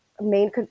main